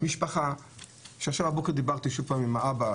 משפחה - שעכשיו בבוקר דיברתי שוב עם האבא,